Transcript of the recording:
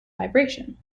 vibration